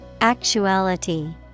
Actuality